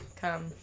come